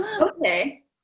Okay